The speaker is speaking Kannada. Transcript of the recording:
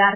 ಆರ್